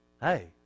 Hey